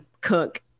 cook